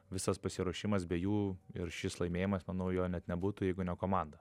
visas pasiruošimas be jų ir šis laimėjimas manau jo net nebūtų jeigu ne komanda